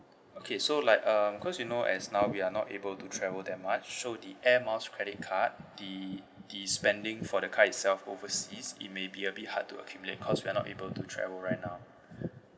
okay so like um cause you know as now we are not able to travel that much so the air miles credit card the the spending for the card itself overseas it may be a bit hard to accumulate cause we are not able to travel right now